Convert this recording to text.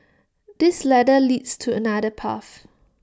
this ladder leads to another path